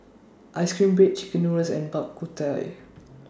Ice Cream Bread Chicken Noodles and Bak Kut Teh